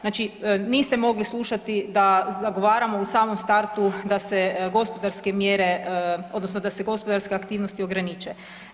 Znači niste mogli slušati da zagovaramo u samom startu da se gospodarske mjere odnosno da se gospodarske aktivnosti ograniče.